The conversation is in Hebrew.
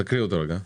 הוא אומר: